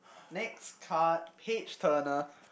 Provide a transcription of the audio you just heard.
next card page turner